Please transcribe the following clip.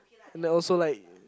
and then also like